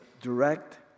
direct